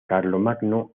carlomagno